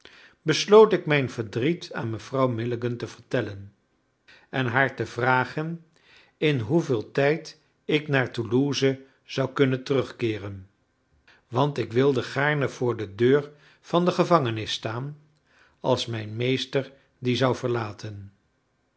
besloot ik mijn verdriet aan mevrouw milligan te vertellen en haar te vragen in hoeveel tijd ik naar toulouse zou kunnen terugkeeren want ik wilde gaarne voor de deur van de gevangenis staan als mijn meester die zou verlaten